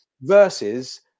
Versus